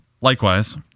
likewise